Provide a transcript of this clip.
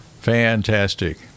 Fantastic